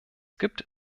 gibt